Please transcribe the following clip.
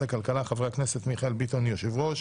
הכלכלה חבר הכנסת מיכאל ביטון יו"ר,